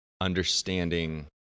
understanding